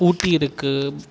ஊட்டி இருக்குது